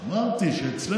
לנושא של